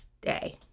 day